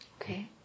Okay